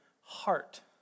heart